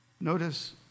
Notice